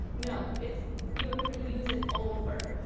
no. it's you're gonna use it all over.